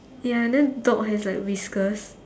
ya and then dog has like whiskers